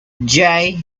jay